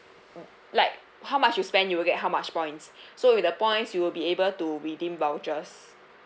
like how much you spend you will get how much points so with the points you'll be able to redeem vouchers